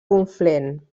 conflent